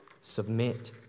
submit